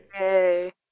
yay